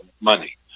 money